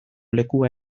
lekua